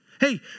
Hey